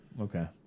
Okay